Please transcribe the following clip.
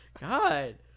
God